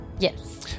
Yes